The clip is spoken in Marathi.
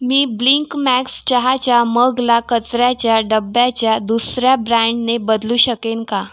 मी ब्लिंकमॅक्स चहाच्या मगला कचऱ्याच्या डब्याच्या दुसर्या ब्रँडने बदलू शकेन का